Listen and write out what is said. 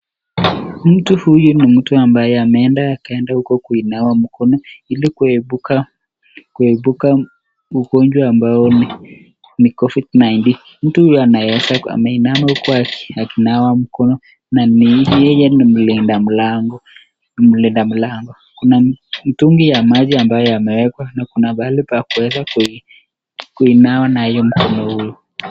Mtu huyu ni mtu ambaye ameenda kando huko kuinawa mkono ili kuepuka ugonjwa ambao ni Covid-19 . Mtu huyu anaonekana ameinama huko akiinawa mkono na yeye ni mlinda mlango, mlinda mlango. Kuna mtungi ya maji ambayo ameweka na kuna mahali pa kuweza kuinawa naye mkono huo.